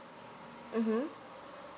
mm